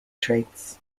traits